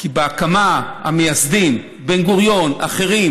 כי בהקמה, המייסדים, בן-גוריון, אחרים